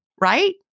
Right